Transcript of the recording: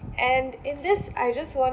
and in this I just want